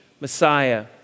Messiah